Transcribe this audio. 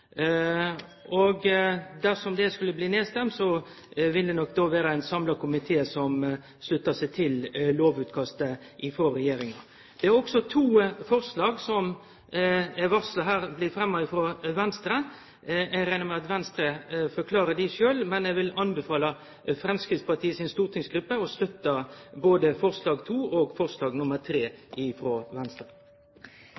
Dersom det skulle bli nedstemt, vil det nok då vere ein samla komité som sluttar seg til lovutkastet frå regjeringa. Det er også to forslag som er varsla vil bli fremma frå Venstre. Eg reknar med at Venstre vil gjere greie for dei sjølv. Men eg vil rå Framstegspartiet si stortingsgruppe til å støtte både forslag nr. 2 og forslag